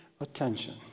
attention